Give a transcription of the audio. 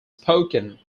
spoken